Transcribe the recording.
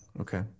Okay